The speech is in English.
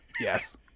yes